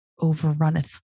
overrunneth